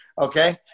okay